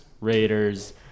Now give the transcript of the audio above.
Raiders